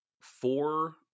four